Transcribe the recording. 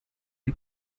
the